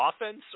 offense